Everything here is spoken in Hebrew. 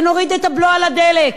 שנוריד את הבלו על הדלק,